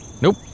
Nope